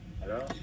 Hello